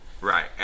Right